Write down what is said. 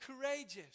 courageous